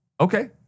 Okay